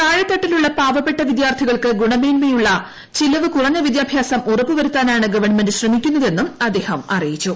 താഴേത്തട്ടിലുളള പാവപ്പെട്ട വിദ്യാർത്ഥികൾക്ക് ഗുണമേന്മയുള്ള ചിലവു കുറഞ്ഞ വിദ്യാഭ്യാസം ഉറപ്പുവരുത്താനാണ് ഗവൺമെന്റ് ശ്രമിക്കുന്നതെന്നും അദ്ദേഹം അറിയിച്ചു